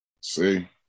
see